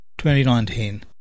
2019